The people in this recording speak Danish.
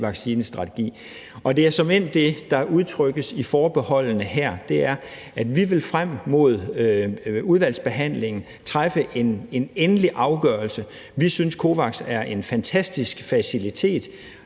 vaccinestrategi. Det er såmænd det, der udtrykkes i forbeholdene her – det er, at vi frem mod udvalgsbehandlingen vil træffe en endelig afgørelse. Vi synees, COVAX er en fantastisk facilitet.